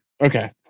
Okay